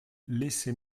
laissez